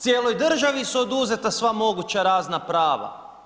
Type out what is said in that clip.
Cijeloj državi su oduzeta sva moguća razna prava.